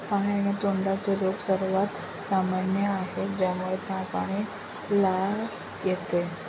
पाय आणि तोंडाचे रोग सर्वात सामान्य आहेत, ज्यामुळे ताप आणि लाळ येते